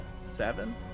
seven